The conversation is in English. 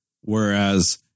Whereas